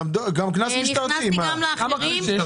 נכנסתי גם לאחרים.